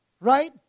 Right